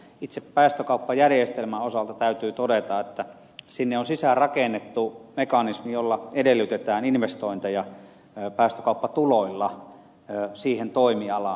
itse päästökauppajärjestelmän osalta täytyy todeta että sinne on sisään rakennettu mekanismi jossa edellytetään päästökauppatuloilla investointeja siihen toimialaan